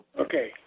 Okay